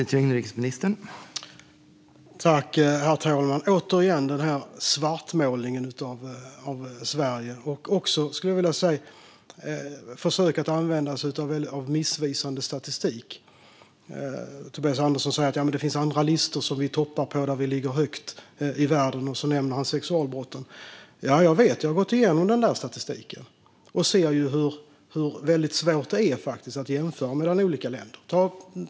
Herr talman! Återigen hör vi den här svartmålningen av Sverige. Vi hör också försök att använda sig av missvisande statistik, skulle jag vilja säga. Tobias Andersson säger att det finns andra listor som Sverige toppar och områden där vi ligger högt bland världens länder, och så nämner han sexualbrotten. Jag vet, för jag har gått igenom den där statistiken, och jag ser hur svårt det är jämföra olika länder.